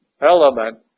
element